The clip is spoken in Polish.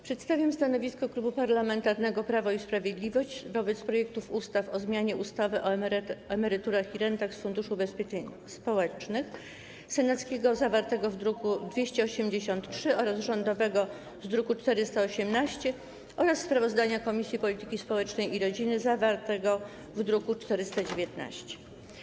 Przedstawiam stanowisko Klubu Parlamentarnego Prawo i Sprawiedliwość wobec projektów ustaw o zmianie ustawy o emeryturach i rentach z Funduszu Ubezpieczeń Społecznych, senackiego zawartego w druku nr 283 oraz rządowego zawartego w druku nr 418, oraz sprawozdania Komisji Polityki Społecznej i Rodziny zawartego w druku nr 419.